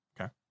okay